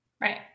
Right